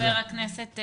תודה רבה חבר הכנסת סובה.